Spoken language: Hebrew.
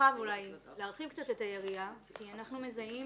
רחב אולי, להרחיב קצת את היריעה, כי אנחנו מזהים